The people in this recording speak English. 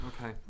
Okay